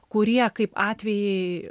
kurie kaip atvejai